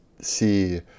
see